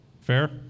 Fair